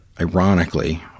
ironically